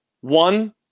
One